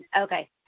Okay